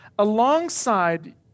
alongside